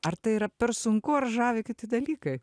ar tai yra per sunku ar žavi kiti dalykai